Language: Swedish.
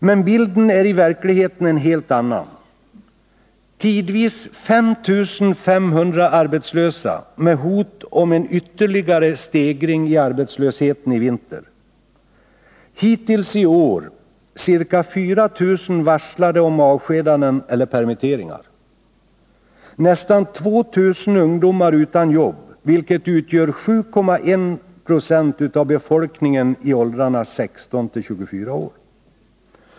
Men bilden är i verkligheten en helt annan: Tidvis 5 500 arbetslösa med hot om en ytterligare stegring i arbetslösheten i vinter, hittills i år ca 4 000 varslade om avskedanden eller permitteringar, nästan 2 000 ungdomar utan jobb, vilket utgör 7,1 96 av befolkningen i åldrarna 16-24 år.